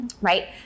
right